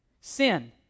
Sin